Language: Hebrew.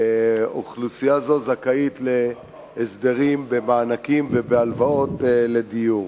אוכלוסייה זו זכאית להסדרים במענקים ובהלוואות לדיור.